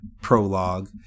prologue